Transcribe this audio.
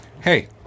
hey